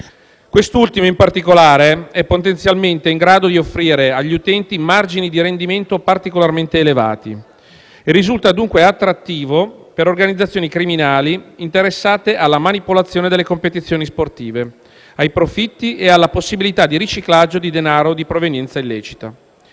Quest'ultimo, in particolare, è potenzialmente in grado di offrire agli utenti margini di rendimento particolarmente elevati e risulta dunque attrattivo per organizzazioni criminali interessate alla manipolazione delle competizioni sportive, ai profitti e alla possibilità di riciclaggio di denaro di provenienza illecita.